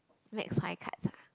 next five cards ah